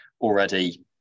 already